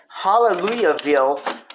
Hallelujahville